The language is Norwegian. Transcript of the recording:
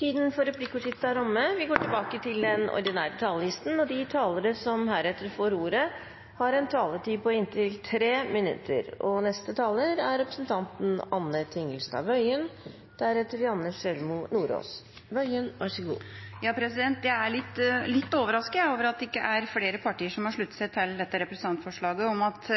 er over. De talere som heretter får ordet, har en taletid på inntil 3 minutter. Jeg er litt overrasket over at det ikke er flere partier som har sluttet seg til dette representantforslaget om at